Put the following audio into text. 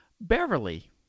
Beverly